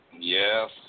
Yes